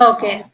Okay